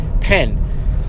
pen